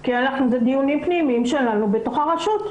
כי זה דיונים פנימיים שלנו בתוך הרשות.